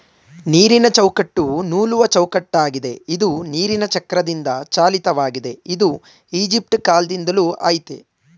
ನೀರಿನಚೌಕಟ್ಟು ನೂಲುವಚೌಕಟ್ಟಾಗಿದೆ ಇದು ನೀರಿನಚಕ್ರದಿಂದಚಾಲಿತವಾಗಿದೆ ಇದು ಈಜಿಪ್ಟಕಾಲ್ದಿಂದಲೂ ಆಯ್ತೇ